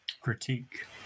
critique